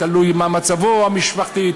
תלוי מה מצבו המשפחתי,